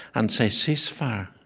and say, ceasefire